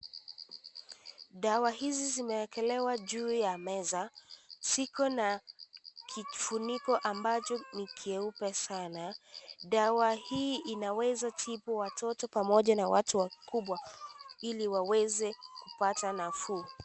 Dawa hizi zimeekelewa juu ya meza, ziko na kifuniko ambacho ni keupe sana. Dawa hii inawezatinu watoto pamoja na watu wakubwa ili waweze kupata nafuu.